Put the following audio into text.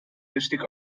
richtig